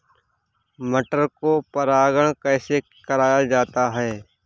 मटर को परागण कैसे कराया जाता है?